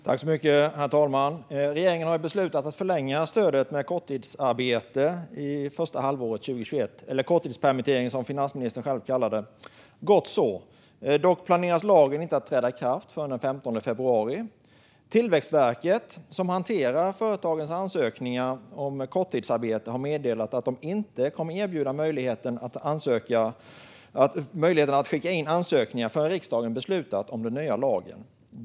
Herr talman! Regeringen har beslutat att förlänga stödet vid korttidsarbete, eller korttidspermittering som finansministern kallar det, under första halvåret 2021. Gott så. Dock planeras lagen inte att träda i kraft förrän den 15 februari. Tillväxtverket, som hanterar företagens ansökningar om stöd för korttidsarbete, har meddelat att de inte kommer att erbjuda möjligheten att skicka in ansökningar förrän riksdagen har beslutat om den nya lagen.